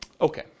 Okay